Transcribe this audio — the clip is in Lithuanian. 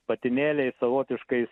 patinėliai savotiškais